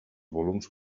volums